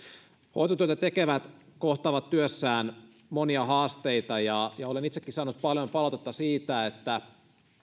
hoitotyötä tekevät kohtaavat työssään monia haasteita ja olen itsekin saanut paljon palautetta siitä että